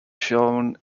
shown